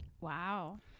Wow